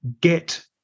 get